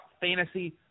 Fantasy